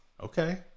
Okay